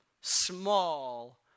small